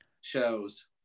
shows